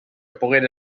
poguera